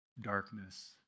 darkness